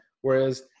Whereas